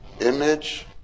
Image